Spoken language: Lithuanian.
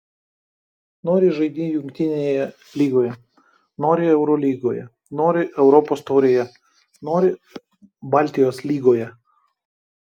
nori žaidi jungtinėje lygoje nori eurolygoje nori europos taurėje nori baltijos lygoje